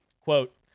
quote